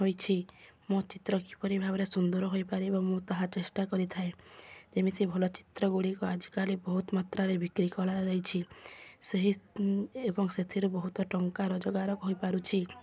ହୋଇଛି ମୋ ଚିତ୍ର କିପରି ଭାବରେ ସୁନ୍ଦର ହୋଇପାରିବ ମୁଁ ତାହା ଚେଷ୍ଟା କରିଥାଏ ଯେମିତି ଭଲ ଚିତ୍ର ଗୁଡ଼ିିକ ଆଜିକାଲି ବହୁତ ମାତ୍ରାରେ ବିକ୍ରି କରାଯାଇଛି ସେହି ଏବଂ ସେଥିରୁ ବହୁତ ଟଙ୍କା ରୋଜଗାର ହୋଇପାରୁଛି